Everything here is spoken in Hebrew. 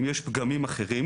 אם יש פגמים אחרים,